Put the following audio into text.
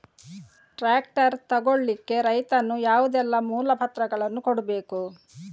Tractor ತೆಗೊಳ್ಳಿಕೆ ರೈತನು ಯಾವುದೆಲ್ಲ ಮೂಲಪತ್ರಗಳನ್ನು ಕೊಡ್ಬೇಕು?